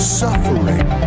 suffering